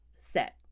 set